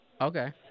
Okay